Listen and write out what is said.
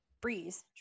Breeze